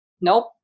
Nope